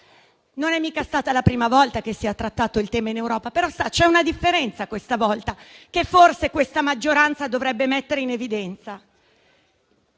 non è mica stata la prima volta che si è trattato il tema in Europa; però c'è una differenza questa volta, che forse l'attuale maggioranza dovrebbe mettere in evidenza.